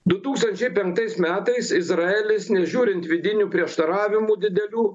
du tūkstančiai penktais metais izraelis nežiūrint vidinių prieštaravimų didelių